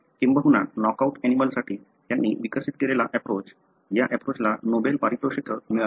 किंबहुना नॉकआउट ऍनिमलंसाठी त्यांनी विकसित केलेला अँप्रोच या अँप्रोचला नोबेल पारितोषिक मिळाले